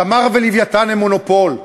"תמר" ו"לווייתן" הם מונופול.